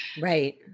Right